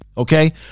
Okay